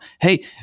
hey